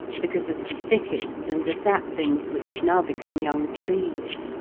because of the thickets and the saplings which had now become young trees.